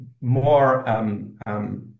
more